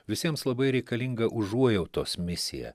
visiems labai reikalinga užuojautos misija